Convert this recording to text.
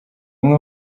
umwe